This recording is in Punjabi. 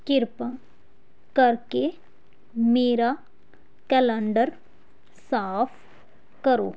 ਕਿਰਪਾ ਕਰਕੇ ਮੇਰਾ ਕੈਲੰਡਰ ਸਾਫ਼ ਕਰੋ